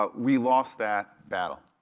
but we lost that battle,